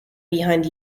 behind